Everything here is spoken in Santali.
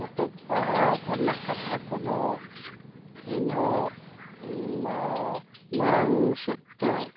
ᱯᱚᱛᱚᱵ ᱯᱟᱲᱦᱟᱣ ᱠᱚᱨᱮᱱᱟᱜ ᱠᱟᱛᱷᱟ ᱠᱚᱫᱚ ᱤᱧᱦᱚᱸ ᱢᱟᱲᱟᱝ ᱥᱮᱫ ᱛᱮ